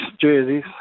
jerseys